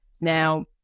Now